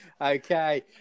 Okay